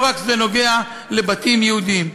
לא רק כשזה נוגע לבתים יהודיים.